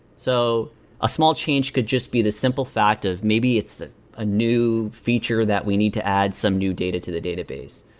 so a small change could just be the simple fact of maybe it's a new feature that we need to add some new data to the database.